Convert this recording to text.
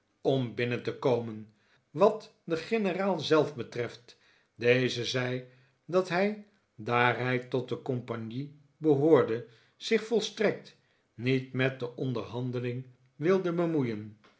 om binnen te komen wat den generaal zelf betreft deze zei dat hij daar hij tot de compagnie behoorde zich volstrekt niet met de onderhandeling wilde bemoeien